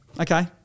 okay